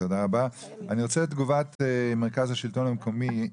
אני רוצה את תגובת מרכז השילטון המקומי,